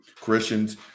Christians